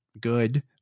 Good